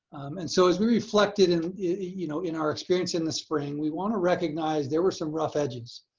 and so as we reflected in you know in our experience in the spring, we wanna recognize there were some rough edges.